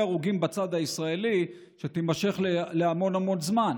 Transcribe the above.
הרוגים בצד הישראלי שתימשך המון המון זמן.